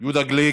יהודה גליק,